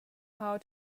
how